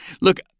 Look